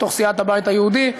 בתוך סיעת הבית היהודי,